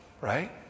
right